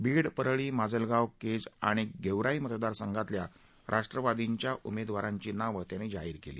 बीड परळीमाजलगाव केज आणि गेवराई मतदारसंघातल्या राष्ट्रवादीच्या उमेदवारांची नावं त्यांनी जाहीर केली